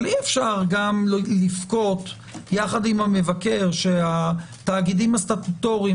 אבל אי-אפשר גם לבכות יחד עם המבקר שהתאגידים הסטטוטוריים